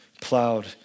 plowed